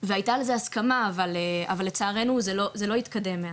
והייתה לזה הסכמה, אבל לצערנו זה לא התקדם מאז.